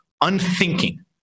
unthinking